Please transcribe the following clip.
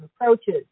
approaches